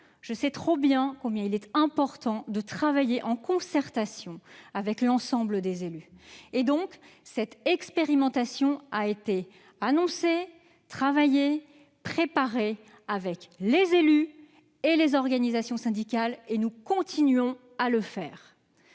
ne sais que trop combien il est important de travailler en concertation avec l'ensemble des élus. Cette expérimentation a donc été annoncée, travaillée et préparée avec les élus et les organisations syndicales, et nous continuerons à agir